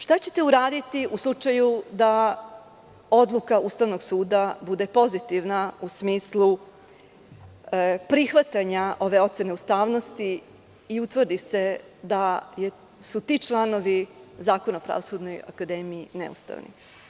Šta ćete uraditi u slučaju da odluka Ustavnog suda bude pozitivna u smislu prihvatanja ove ocene ustavnosti i utvrdi se da su ti članovi Zakona o Pravosudnoj akademiji, neustavni?